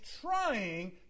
trying